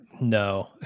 no